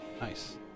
Nice